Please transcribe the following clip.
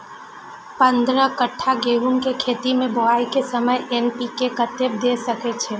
पंद्रह कट्ठा गेहूं के खेत मे बुआई के समय एन.पी.के कतेक दे के छे?